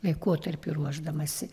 laikotarpiui ruošdamasi